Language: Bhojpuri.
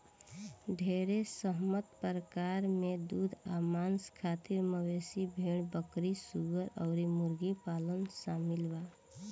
ढेरे सहमत प्रकार में दूध आ मांस खातिर मवेशी, भेड़, बकरी, सूअर अउर मुर्गी पालन शामिल बा